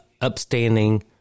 upstanding